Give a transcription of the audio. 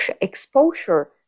exposure